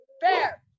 bear